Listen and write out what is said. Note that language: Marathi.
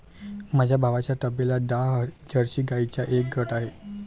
माझ्या भावाच्या तबेल्यात दहा जर्सी गाईंचा एक गट आहे